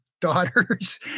daughters